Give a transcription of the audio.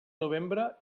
novembre